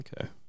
Okay